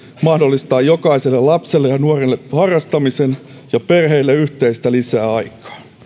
mahdollistaa jokaiselle lapselle ja nuorelle harrastamisen ja perheille yhteistä lisäaikaa